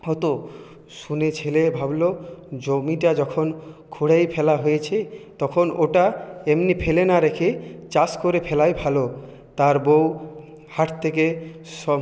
হতো শুনে ছেলে ভাবলো জমিটা যখন খুঁড়েই ফেলা হয়েছে তখন ওটা এমনি ফেলে না রেখে চাষ করে ফেলাই ভালো তার বউ হাট থেকে সব